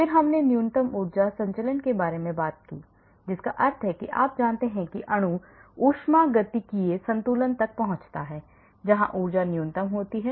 फिर हमने न्यूनतम ऊर्जा संचलन के बारे में बात की जिसका अर्थ है कि आप जानते हैं कि अणु ऊष्मागतिकीय संतुलन तक पहुँचता है जहाँ ऊर्जा न्यूनतम होती है